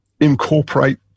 incorporate